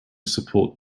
support